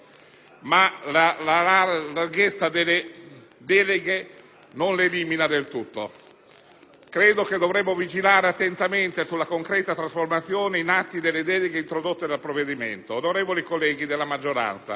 l'ampiezza delle deleghe, non ad eliminarli completamente. Credo che dovremo vigilare attentamente sulla concreta trasformazione in atti delle deleghe introdotte dal provvedimento.